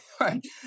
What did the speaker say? right